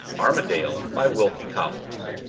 armadale by wilkie collins